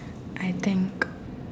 I think